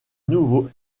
nouveau